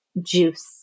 juice